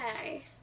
okay